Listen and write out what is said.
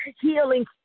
healing